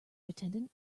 attendant